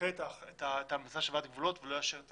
ידחה את ההמלצה של ועדת הגבולות ולא יאשר את